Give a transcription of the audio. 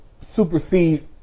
supersede